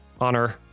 honor